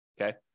Okay